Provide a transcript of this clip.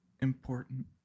important